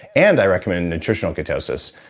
and i recommend nutritional ketosis,